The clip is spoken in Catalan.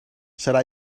serà